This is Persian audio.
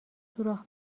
سوراخ